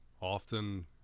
often